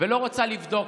ולא רוצה לבדוק.